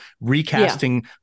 recasting